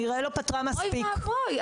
אוי ואבוי.